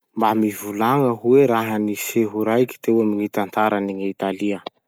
Mba mivolagna hoe raha-niseho raiky teo amy gny tantaran'i gn'Italia?